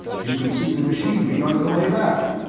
you can see the machinery on the way back.